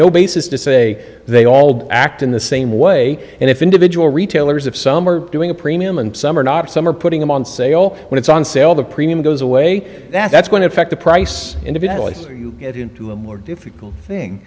no basis to say they all act in the same way and if individual retailers of some are doing a premium and some are not some are putting them on say all when it's on sale the premium goes away that's going to affect the price individually so you get into a more difficult thing